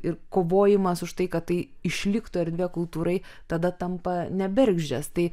ir kovojimas už tai kad tai išliktų erdvė kultūrai tada tampa ne bergždžias tai